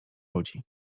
ludzi